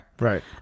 Right